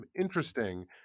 interesting